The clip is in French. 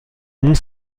mont